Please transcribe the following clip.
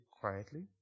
quietly